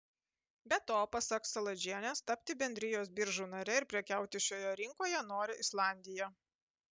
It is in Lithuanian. be to pasak saladžienės tapti baltijos biržų nare ir prekiauti šioje rinkoje nori islandija